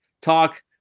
talk